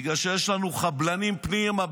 בגלל שיש לנו חבלנים פנימה,